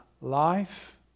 life